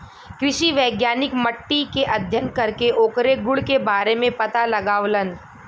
कृषि वैज्ञानिक मट्टी के अध्ययन करके ओकरे गुण के बारे में पता लगावलन